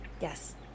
Yes